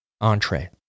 entree